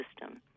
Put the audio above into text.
system